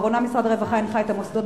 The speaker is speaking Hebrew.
לאחרונה הנחה משרד הרווחה את המוסדות